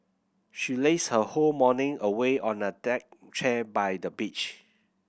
she lazed her whole morning away on a deck chair by the beach